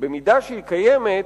במידה שהיא קיימת,